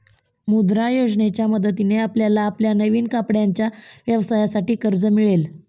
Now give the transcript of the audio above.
मुद्रा योजनेच्या मदतीने आपल्याला आपल्या नवीन कपड्यांच्या व्यवसायासाठी कर्ज मिळेल